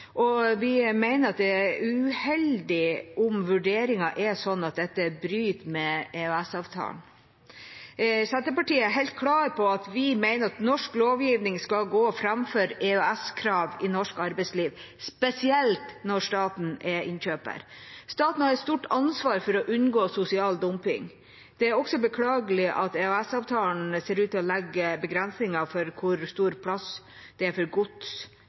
og vi mener at det er uheldig om vurderingen er sånn at dette bryter med EØS-avtalen. Senterpartiet er helt klar på at norsk lovgivning skal gå foran EØS-krav i norsk arbeidsliv, spesielt når staten er innkjøper. Staten har et stort ansvar for å unngå sosial dumping. Det er også beklagelig at EØS-avtalen ser ut til å legge begrensinger på hvor mye lasteplass for gods